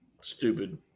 Stupid